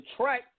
track